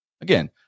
Again